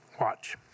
Watch